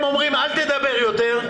הם אומרים: אל תדבר יותר,